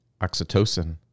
Oxytocin